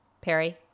Perry